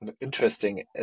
interesting